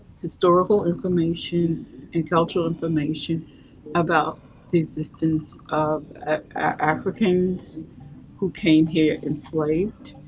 historical information and cultural information about the existence of africans who came here enslaved.